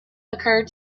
occurred